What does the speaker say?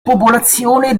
popolazione